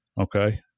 Okay